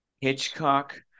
Hitchcock